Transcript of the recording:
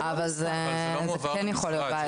זה יכול להיות בעייתי.